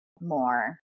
more